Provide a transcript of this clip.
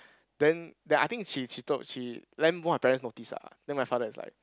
then then I think she she told she then both my parents noticed ah then my father is like